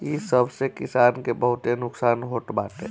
इ सब से किसान के बहुते नुकसान होत बाटे